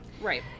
Right